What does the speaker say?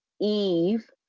Eve